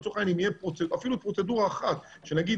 לצורך העניין אם תהיה אפילו פרוצדורה אחת שנגיד